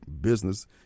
business